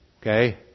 Okay